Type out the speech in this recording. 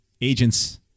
agents